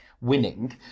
winning